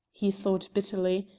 he thought bitterly,